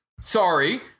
Sorry